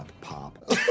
pop